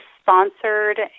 sponsored